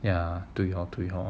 ya 对 hor 对 hor